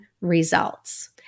results